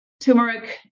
turmeric